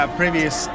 previous